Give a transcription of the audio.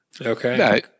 Okay